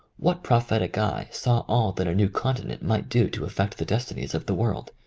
what prophetic eye saw all that a new continent might do to affect the destinies of the world?